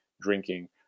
drinking